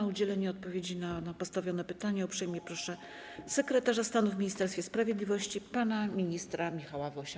O udzielenie odpowiedzi na postawione pytania uprzejmie proszę sekretarza stanu w Ministerstwie Sprawiedliwości pana ministra Michała Wosia.